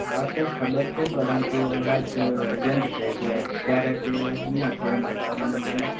હા સર ખબર છે પરંતુ હમણાં જ અર્જન્ટ છે એટલે ત્યારે તે નહીં હતું એમ રક્ષાબંધન પરને એમ